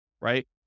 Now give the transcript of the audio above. right